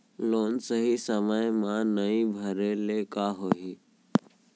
Loan सही समय मा नई भरे ले का होही?